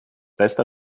beste